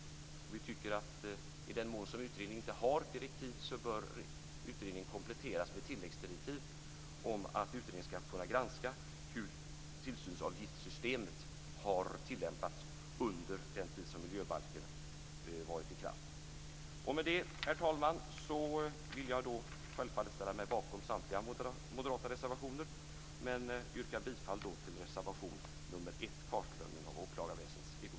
Vi tycker att i den mån utredningen inte har direktiv bör den kompletteras med tilläggsdirektiv om att utredningen ska kunna granska hur tillsynsavgiftssystemet har tillämpats under den tid som miljöbalken har varit i kraft. Med det, herr talman, vill jag självfallet ställa mig bakom samtliga moderata reservationer, men yrkar bifall till reservation nr 1, kartläggning av åklagarväsendets ekobrottsbekämpning.